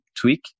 tweak